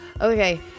Okay